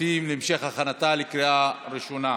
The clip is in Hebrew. הכספים להמשך הכנתה לקריאה ראשונה.